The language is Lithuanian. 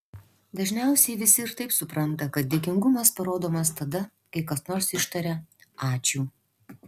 dažniausiai visi ir taip supranta kad dėkingumas parodomas tada kai kas nors ištaria ačiū